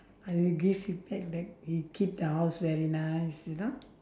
I will give feedback that he keep the house very nice you know